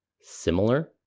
similar